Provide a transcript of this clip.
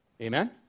Amen